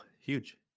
huge